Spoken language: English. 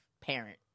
parent